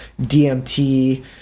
DMT